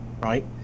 right